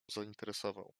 zainteresował